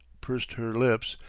pursed her lips,